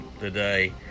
today